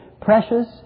Precious